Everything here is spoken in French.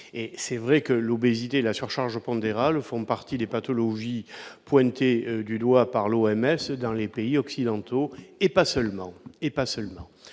d'obésité ... L'obésité et la surcharge pondérale font partie des pathologies pointées du doigt par l'OMS dans les pays occidentaux, et pas seulement